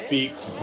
Beats